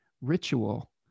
ritual